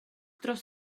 dros